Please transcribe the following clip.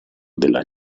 della